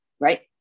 right